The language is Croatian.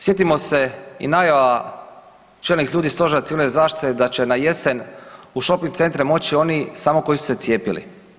Sjetimo se i najava čelnih ljudi Stožera Civilne zaštite da će na jesen u shoping centre moći oni samo koji su se cijepili.